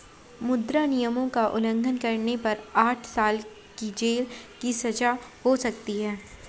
मुद्रा नियमों का उल्लंघन करने पर आठ साल की जेल की सजा हो सकती हैं